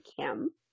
Kim